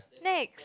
next